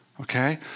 okay